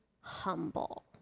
humble